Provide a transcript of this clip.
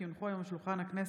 כי הונחו היום על שולחן הכנסת,